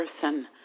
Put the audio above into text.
person